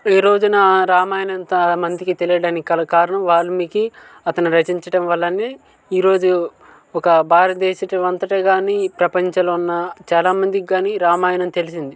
ఈ రోజున రామాయణం చాలా మందికి తెలియడానికి గల కారణం వాల్మీకి అతను రచించడం వల్లనే ఈరోజు ఒక భారతదేశం అంతటి కానీ ఈ ప్రపంచంలో ఉన్న చాలా మందికి కానీ రామాయణం తెలిసింది